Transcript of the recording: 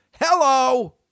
hello